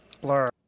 blur